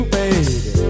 baby